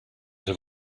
have